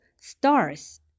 stars